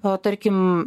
o tarkim